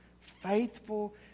Faithful